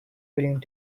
willing